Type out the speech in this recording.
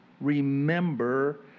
remember